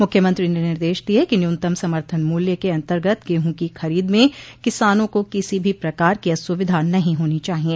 मुख्यमंत्री ने निर्देश दिये कि न्यूनतम समर्थन मूल्य के अन्तर्गत गेहूँ की खरीद में किसानों को किसी भी प्रकार की असुविधा नहीं होनी चाहिये